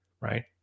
right